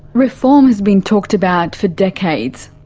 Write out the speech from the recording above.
reform has been talked about for decades,